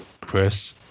Chris